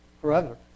forever